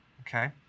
Okay